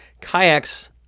kayaks